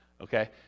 okay